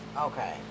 Okay